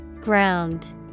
Ground